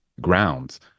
grounds